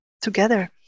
together